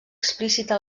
explícita